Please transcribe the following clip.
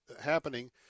happening